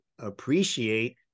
appreciate